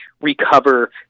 recover